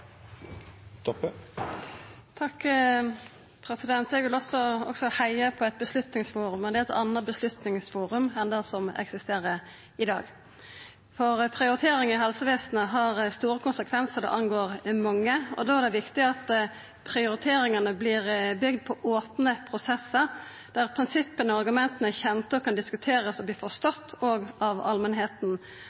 Eg vil også heia på eit beslutningsforum, men det er eit anna beslutningsforum enn det som eksisterer i dag. Prioriteringar i helsevesenet har store konsekvensar og gjeld mange, og da er det viktig at prioriteringane vert bygde på opne prosessar, der prinsippa og argumenta er kjende og kan verta diskuterte og forstått av allmenta. Det er berre slik folk og